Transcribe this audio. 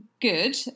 good